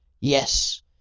yes